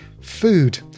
food